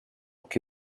che